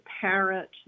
parrot